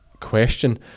question